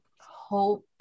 Hope